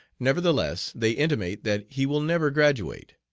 nevertheless they intimate that he will never graduate.